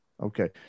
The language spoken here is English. Okay